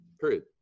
period